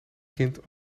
kind